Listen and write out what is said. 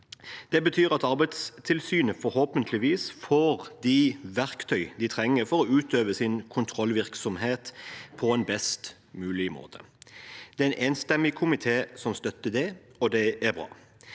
Det betyr at Arbeidstilsynet forhåpentligvis får de verktøyene de trenger for å utøve sin kontrollvirksomhet på en best mulig måte. Det er en enstemmig komité som støtter det, og det er bra.